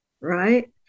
right